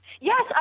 Yes